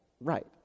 right